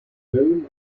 known